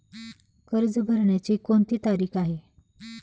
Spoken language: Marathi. कर्ज भरण्याची कोणती तारीख आहे?